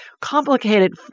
complicated